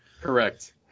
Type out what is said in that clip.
Correct